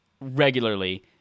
regularly